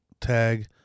tag